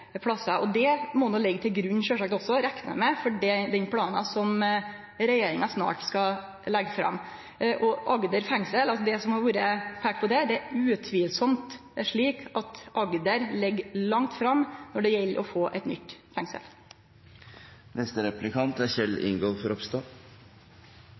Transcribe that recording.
plassar. Det må no liggje til grunn, sjølvsagt – reknar eg med – også for den planen som regjeringa snart skal leggje fram. Når det gjeld Agder fengsel og det som har vore peikt på der, er det utvilsamt slik at Agder ligg langt framme for å få eit nytt